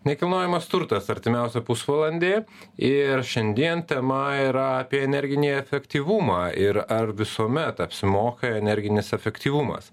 nekilnojamas turtas artimiausią pusvalandį ir šiandien tema yra apie energinį efektyvumą ir ar visuomet apsimoka energinis efektyvumas